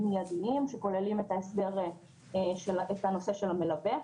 מידיים שכוללים את ההסדר של הנושא של המלווה.